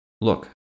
Look